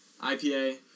IPA